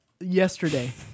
yesterday